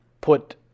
put